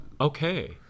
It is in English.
okay